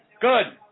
good